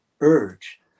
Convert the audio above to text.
urge